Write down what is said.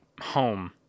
home